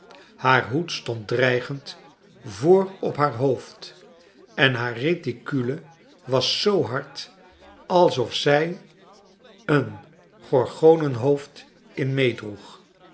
haar hoed stond dreigend voor op haar hoofd en haar reticule was zoo hard alsof zij er een gorgonenhoofd in meedroeg